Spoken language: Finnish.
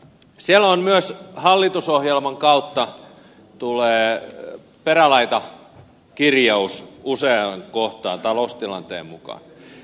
siellä myös hallitusohjelman kautta tulee perälautakirjaus useaan kohtaan taloustilanteen mukaan